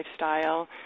lifestyle